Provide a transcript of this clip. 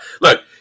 Look